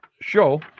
show